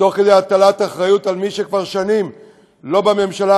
תוך כדי הטלת האחריות על מי שכבר שנים לא בממשלה,